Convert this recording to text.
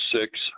six